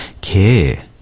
care